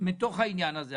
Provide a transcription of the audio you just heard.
מהעניין הזה.